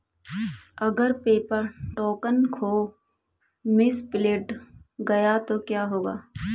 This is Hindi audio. अगर पेपर टोकन खो मिसप्लेस्ड गया तो क्या होगा?